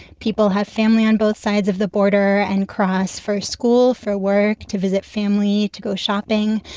people have family on both sides of the border and cross for school, for work, to visit family, to go shopping.